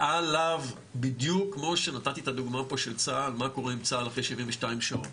ועליו בדיוק כמו שנתתי את הדוגמה של צה"ל מה קורה עם צה"ל אחרי 72 שעות.